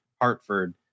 Hartford